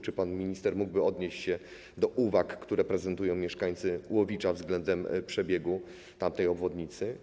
Czy pan minister mógłby odnieść się do uwag, które prezentują mieszkańcy Łowicza względem przebiegu tamtej obwodnicy?